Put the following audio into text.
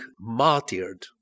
martyred